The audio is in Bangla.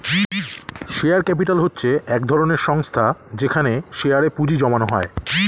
শেয়ার ক্যাপিটাল হচ্ছে এক ধরনের সংস্থা যেখানে শেয়ারে এ পুঁজি জমানো হয়